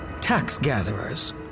tax-gatherers